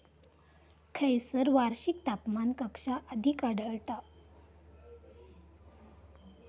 खैयसर वार्षिक तापमान कक्षा अधिक आढळता?